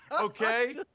Okay